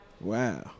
Wow